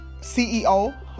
CEO